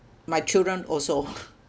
my children also